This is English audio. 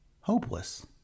Hopeless